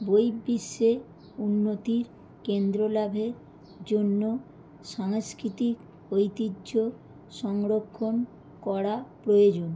বহিঃবিশ্বে উন্নতির কেন্দ্র লাভের জন্য সাংস্কৃতিক ঐতিহ্য সংরক্ষণ করা প্রয়োজন